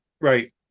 Right